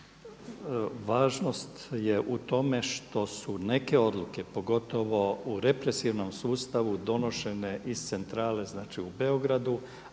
važnost je u tome što su neke odluke pogotovo u represivnom sustavu donošene iz centrale znači u Beogradu